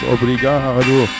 Obrigado